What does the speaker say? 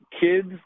kids